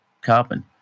carbon